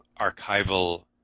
archival